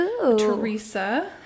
Teresa